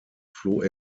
floh